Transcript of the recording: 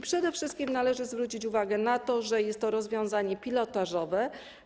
Przede wszystkim należy zwrócić uwagę na to, że jest to rozwiązanie pilotażowe.